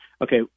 okay